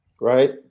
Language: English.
right